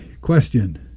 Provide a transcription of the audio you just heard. question